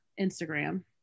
Instagram